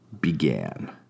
began